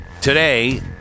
Today